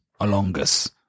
Alongus